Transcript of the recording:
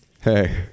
Hey